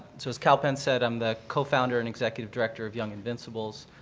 so as kalpen said, i'm the co-founder and executive director of young invincibles.